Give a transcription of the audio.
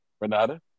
Renata